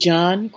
John